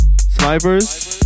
Snipers